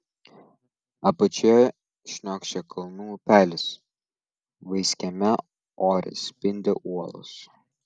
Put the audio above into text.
apačioje šniokščia kalnų upelis vaiskiame ore spindi uolos